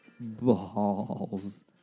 Balls